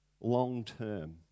long-term